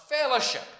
fellowship